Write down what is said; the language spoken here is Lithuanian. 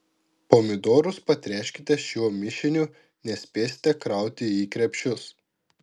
pomidorus patręškite šiuo mišiniu nespėsite krauti į krepšius